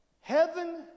Heaven